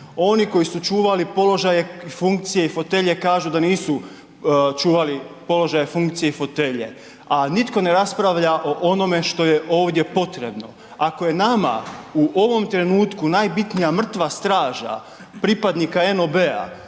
oni koji su čuvali položaje, funkcije i fotelje kažu da nisu čuvali položaje, funkcije i fotelje a nitko ne raspravlja o onome što je ovdje potrebno. Ako je nama u ovom trenutku najbitnija mrtva straža pripadnika NOB-a